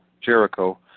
Jericho